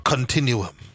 Continuum